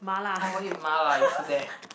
I will eat mala used to that